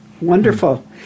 Wonderful